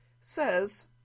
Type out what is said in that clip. says